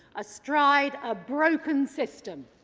astride a broken system.